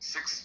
Six